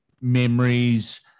memories